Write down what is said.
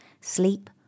Sleep